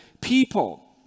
people